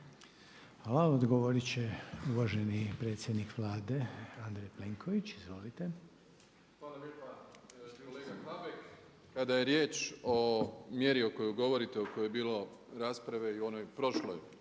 Hvala. Odgovorit će uvaženi predsjednik Vlade Andrej Plenković. Izvolite. **Plenković, Andrej (HDZ)** Hvala lijepa kolega Habek. Kada je riječ o mjeri o kojoj govorite o kojoj je bilo rasprave i u onoj prošloj